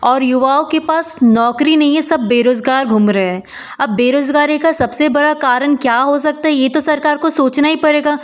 और युवाओं के नौकरी नहीं है सब बेरोज़गार घूम रहे हैं अब बेरोज़गारी का सबसे बड़ा कारण क्या हो सकता है यह तो सरकार का सोचना ही पड़ेगा